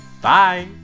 Bye